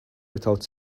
without